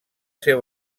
ser